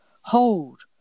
hold